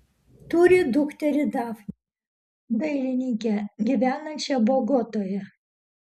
turi dukterį dafnę dailininkę gyvenančią bogotoje